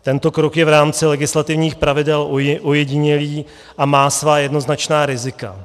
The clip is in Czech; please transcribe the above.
Tento krok je v rámci legislativních pravidel ojedinělý a má svá jednoznačná rizika.